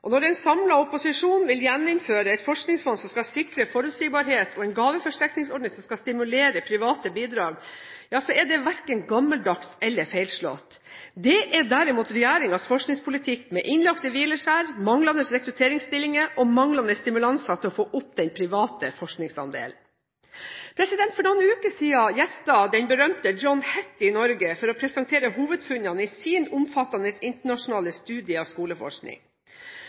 forskning. Når en samlet opposisjon vil gjeninnføre et forskningsfond som skal sikre forutsigbarheten og en gaveforsterkningsordning som skal stimulere private bidrag, så er det verken gammeldags eller feilslått. Det er derimot regjeringens forskningspolitikk med innlagte hvileskjær, manglende rekrutteringsstillinger og manglende stimulanser til å få opp den private forskningsandelen. For noen uker siden gjestet den berømte John Hattie Norge for å presentere hovedfunnene i sin omfattende internasjonale studie av skoleforskning.